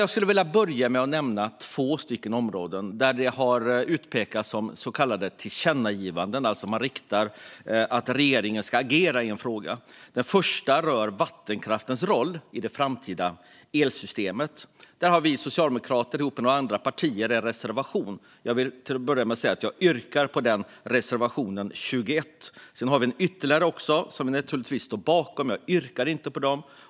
Jag skulle vilja börja med att nämna två områden där utskottet har föreslagit tillkännagivanden till regeringen, alltså där man vill att regeringen ska agera. Det första rör vattenkraftens roll i det framtida elsystemet. Där har vi socialdemokrater tillsammans med några andra partier en reservation - reservation 21 - som jag yrkar bifall till. Sedan har vi ytterligare reservationer som jag naturligtvis står bakom, men jag yrkar inte bifall till dem.